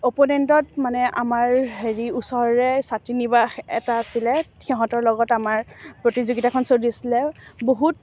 অপনেণ্টত মানে আমাৰ হেৰি ওচৰৰে ছাত্ৰী নিবাস এটা অছিলে সিহঁতৰ লগত আমাৰ প্ৰতিযোগিতাখন চলিছিলে বহুত